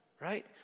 right